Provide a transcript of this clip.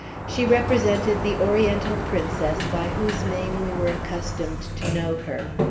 she represented the oriental princess by whose name we were accustomed to know her.